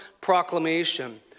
proclamation